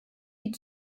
die